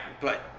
but-